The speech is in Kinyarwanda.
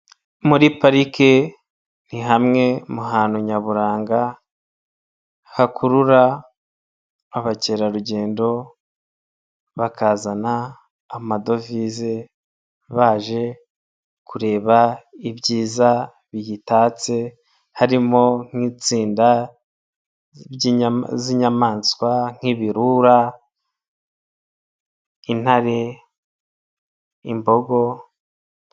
Muri parike ni hamwe mu hantu nyaburanga hakurura abakerarugendo bakazana amadovize baje kureba ibyiza biyitatse harimo nk'itsinda z'inyamaswa nk'ibirura, intare, imbogo.